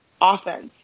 offense